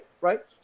right